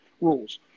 rules